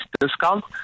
discount